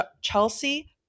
Chelsea